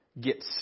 get